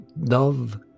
Love